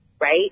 right